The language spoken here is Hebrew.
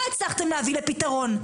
לא הצלחתם להביא לפיתרון.